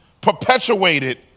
perpetuated